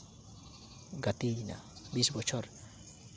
ᱜᱟᱛᱮ ᱞᱮᱱᱟ ᱵᱤᱥ ᱵᱚᱪᱷᱚᱨ